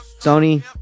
Sony